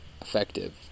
effective